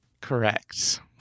Correct